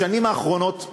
בשנים האחרונות,